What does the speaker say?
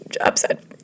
upset